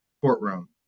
courtroom